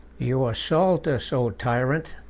you assault us, o tyrant!